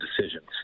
decisions